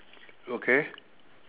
okay